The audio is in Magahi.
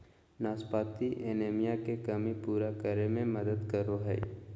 नाशपाती एनीमिया के कमी पूरा करै में मदद करो हइ